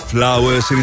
Flowers